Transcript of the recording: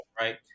right